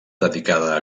dedicada